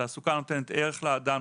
תעסוקה נותנת ערך לאדם,